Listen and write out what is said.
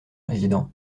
président